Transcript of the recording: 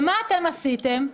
מה עשיתם?